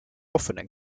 offenen